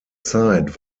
zeit